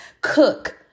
cook